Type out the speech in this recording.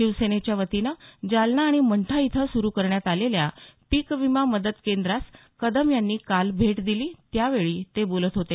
शिवसेनेच्यावतीनं जालना आणि मंठा इथं सुरू करण्यात आलेल्या पीकविमा मदत केंद्रास कदम यांनी काल भेट दिली त्यावेळी ते बोलत होते